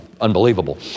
unbelievable